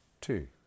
two